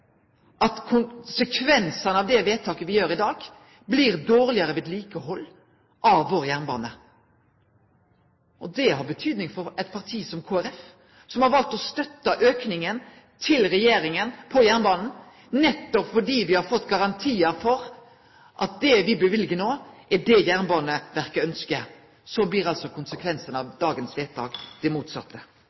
vedtaket me gjer i dag, blir dårlegare vedlikehald av jernbanen vår. Det har betydning for eit parti som Kristeleg Folkeparti, som har valt å støtte regjeringas auke til jernbanen, nettopp fordi me har fått garantiar for at det me løyver no, er det som Jernbaneverket ønskjer. Konsekvensane av vedtaket i dag blir altså det motsette.